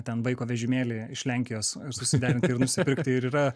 ten vaiko vežimėlį iš lenkijos susiderinti ir nusipirkti ir yra